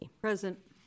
Present